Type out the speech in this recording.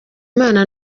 imana